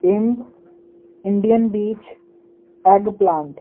Indian beach egg plant